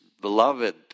beloved